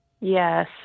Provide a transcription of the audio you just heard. Yes